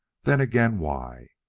then again why?